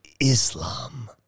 Islam